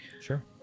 Sure